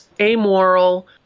amoral